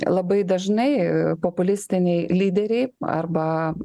labai dažnai populistiniai lyderiai arba